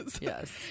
yes